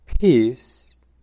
peace